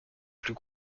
plus